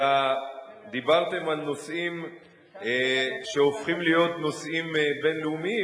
אלא דיברתם על נושאים שהופכים להיות נושאים בין-לאומיים.